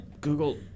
Google